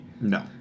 No